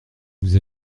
vous